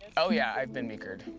oh yeah, i've been meekered.